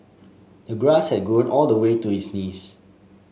the grass had grown all the way to his knees